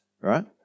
right